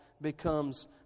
becomes